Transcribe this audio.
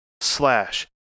slash